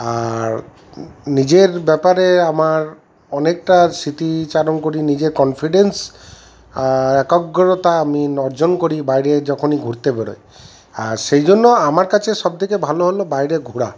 আর নিজের ব্যাপারে আমার অনেকটা স্মৃতিচারণ করি নিজের কনফিডেন্স আর একগ্রতা আমি অর্জন করি বাইরে যখনই ঘুরতে বেরোই আর সেই জন্য আমার কাছে সব থেকে ভালো হল বাইরে ঘোরা